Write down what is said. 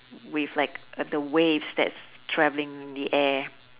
with like uh the waves that's traveling in the air